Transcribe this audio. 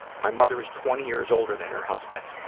my mother is twenty years older than her husband.